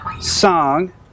Song